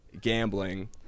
gambling